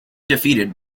defeated